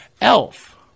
elf